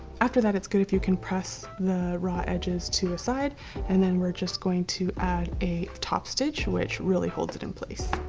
after that, it's good if you can press the raw edges to a side and then we're just going to add a top stitch which really holds it in place.